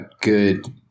good